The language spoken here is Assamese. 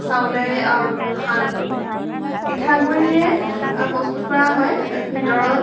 চাউলেৰে পিঠা গুৰিয়ে প্ৰস্তুত কৰা হয় ভিতৰত